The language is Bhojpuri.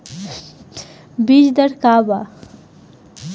बीज दर का वा?